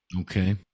Okay